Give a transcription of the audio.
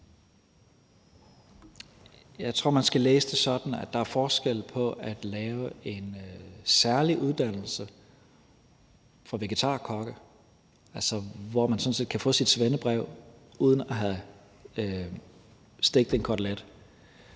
Jeg tror, man skal læse det sådan, at der er forskel på at lave en særlig uddannelse for vegetarkokke – hvor man sådan set kan få sit svendebrev uden at have stegt en kotelet